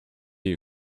you